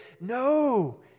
No